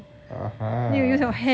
(uh huh)